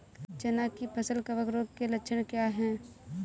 चना की फसल कवक रोग के लक्षण क्या है?